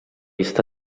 està